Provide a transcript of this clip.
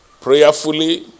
prayerfully